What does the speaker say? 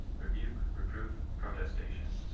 rebuke, reproof, protestation.